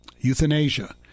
euthanasia